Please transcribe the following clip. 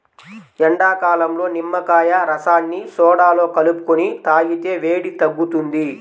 ఎండాకాలంలో నిమ్మకాయ రసాన్ని సోడాలో కలుపుకొని తాగితే వేడి తగ్గుతుంది